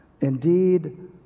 Indeed